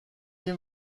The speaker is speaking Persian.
این